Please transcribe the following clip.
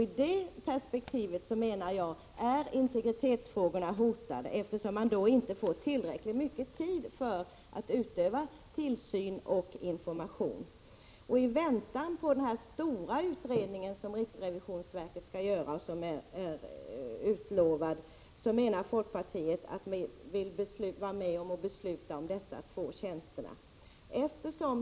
I det perspektivet är integritetsfrågorna hotade, eftersom man inte får tillräckligt mycket tid till att utöva tillsyn och ge information. I väntan på den stora utredning som är utlovad och som riksrevisionsverket skall göra vill folkpartiet besluta om inrättandet av dessa två tjänster.